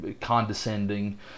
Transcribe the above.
condescending